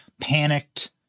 panicked